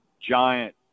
giant